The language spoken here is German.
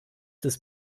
des